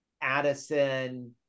Addison